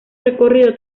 recorrido